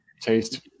taste